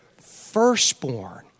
firstborn